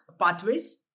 pathways